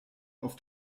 auf